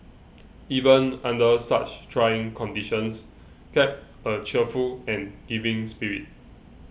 even under such trying conditions kept a cheerful and giving spirit